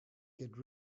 get